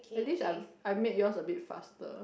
at least I I make yours a bit faster